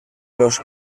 los